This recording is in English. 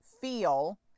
feel